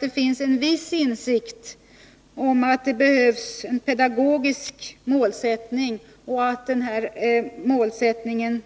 Det finns en viss insikt om att det behövs en pedagogisk målsättning och att denna målsättning